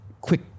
quick